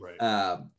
right